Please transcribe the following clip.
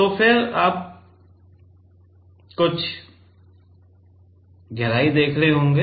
तो फिर आप यहाँ कुछ गहराई देख रहे होंगे